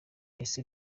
ese